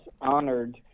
honored